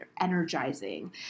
energizing